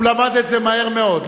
הוא למד את זה מהר מאוד.